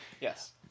yes